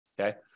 okay